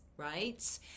right